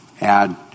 add